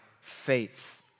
faith